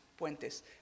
puentes